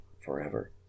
forever